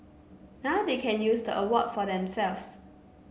now they can use the award for themselves